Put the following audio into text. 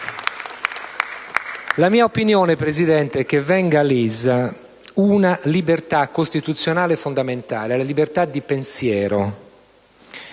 La mia opinione, signor Presidente, è che venga lesa una libertà costituzionale fondamentale, la libertà di pensiero,